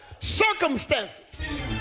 Circumstances